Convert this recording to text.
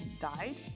died